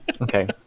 Okay